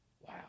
wow